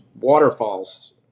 waterfalls